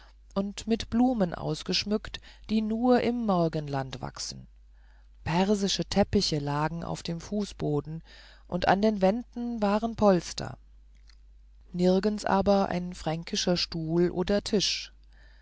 und mit blumen ausgeschmückt die nur im morgenland wachsen persische teppiche lagen auf dem fußboden und an den wänden waren polster nirgends aber ein fränkischer stuhl oder tisch